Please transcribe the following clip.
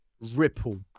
Ripple